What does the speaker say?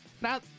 now